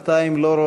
בינתיים אני לא